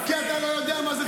על זה מזמור לתודה?